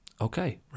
okay